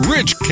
Rich